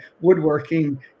woodworking